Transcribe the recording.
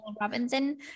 Robinson